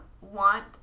want